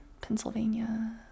Pennsylvania